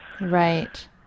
Right